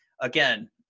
Again